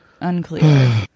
Unclear